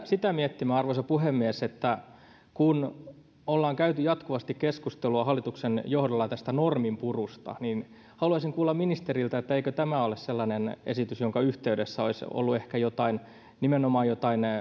sitä miettimään arvoisa puhemies että kun ollaan käyty jatkuvasti keskustelua hallituksen johdolla tästä norminpurusta niin haluaisin kuulla ministeriltä että eikö tämä ole sellainen esitys jonka yhteydessä olisi ollut nimenomaan ehkä jotain